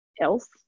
else